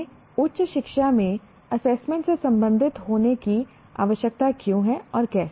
हमें उच्च शिक्षा में एसेसमेंट से संबंधित होने की आवश्यकता क्यों है और कैसे